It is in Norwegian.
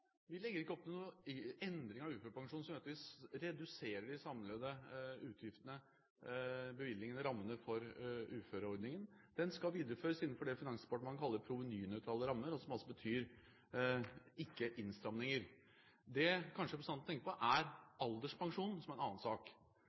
Vi legger ikke opp til noen endring av uførepensjonen som gjør at vi reduserer de samlede utgiftene, bevilgningene, rammene for uføreordningen. Den skal videreføres innenfor det Finansdepartementet kaller provenynøytrale rammer, som altså betyr ikke innstramninger. Det representanten kanskje tenker på, er alderspensjonen, som er en annen sak.